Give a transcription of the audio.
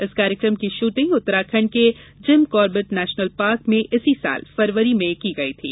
इस कार्यक्रम की शूटिंग उत्तराखंड के जिम कार्बेट नेशनल पार्क में इसी साल फरवरी में की गई थी